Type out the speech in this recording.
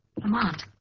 Lamont